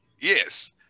Yes